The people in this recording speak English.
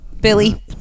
Billy